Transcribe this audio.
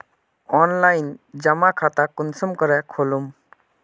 Online जमा खाता कुंसम करे खोलूम?